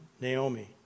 Naomi